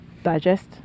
Digest